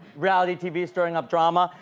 reality tv is stirring up drama.